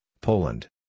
Poland